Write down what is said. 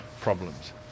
problems